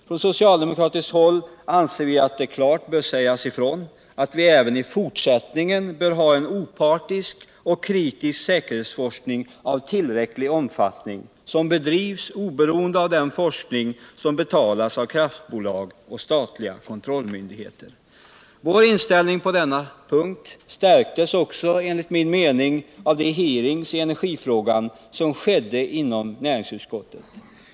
På soctaldemokratiskt håll anser vi att det klart bör sägas ifrån avt vi även i fortsättningen bör ha en opartisk och kritisk säkerhetsforskning av tillräcklig omfattning, som bedrivs oberoende av den forskning som betalas av kraftbolag och statliga kontrollmyndigheter. Vår inställning på denna punkt stärktes också, enligt min mening, av de hearings i energifrågan som skedde inom näringsutskottet.